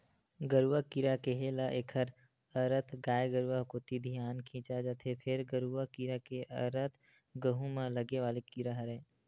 गरुआ कीरा केहे ल एखर अरथ गाय गरुवा कोती धियान खिंचा जथे, फेर गरूआ कीरा के अरथ गहूँ म लगे वाले कीरा हरय